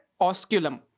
Osculum